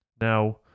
Now